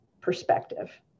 perspective